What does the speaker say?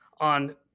on